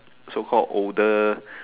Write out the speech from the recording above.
so called older